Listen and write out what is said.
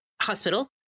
Hospital